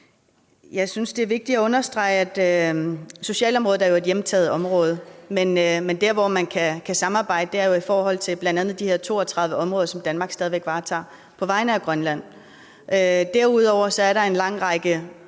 Jeg synes, det er vigtigt at understrege, at socialområdet er et hjemtaget område, men der, hvor man kan samarbejde, er jo bl.a. i forhold til de 32 områder, som Danmark stadig væk varetager på vegne af Grønland. Derudover er der en lang række